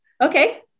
Okay